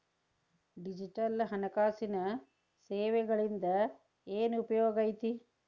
digital ಹಣಕಾಸಿನ ಸೇವೆಗಳಿಂದ ಏನ್ ಉಪಯೋಗೈತಿ